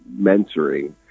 mentoring